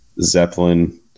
Zeppelin